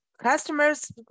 customers